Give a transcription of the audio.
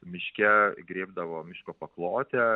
miške grėbdavo miško paklotę